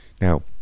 Now